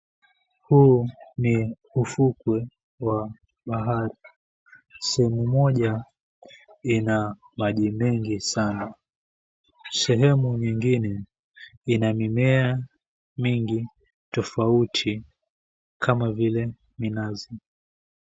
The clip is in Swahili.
Huu ni ufukwe wa bahari, sehemu moja ina maji mengi sana, sehemu nyengine ina mimea mingi tofauti kama vile minazi.